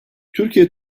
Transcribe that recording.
türkiye